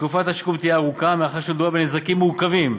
שתקופת השיקום תהיה ארוכה מאחר שמדובר בנזקים מורכבים,